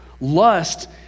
Lust